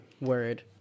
Word